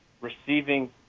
receiving